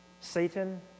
Satan